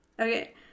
Okay